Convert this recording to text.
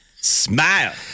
Smile